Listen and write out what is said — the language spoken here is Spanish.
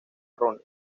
errónea